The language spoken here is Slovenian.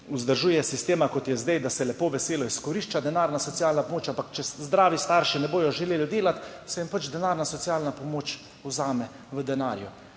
vzdržuje sistema, kot je zdaj, da se lepo, veselo izkorišča denarna socialna pomoč. Ampak če zdravi starši ne bodo želeli delati, se jim denarna socialna pomoč vzame v denarju.